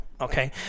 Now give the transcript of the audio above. okay